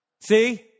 See